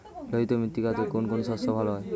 লোহিত মৃত্তিকাতে কোন কোন শস্য ভালো হয়?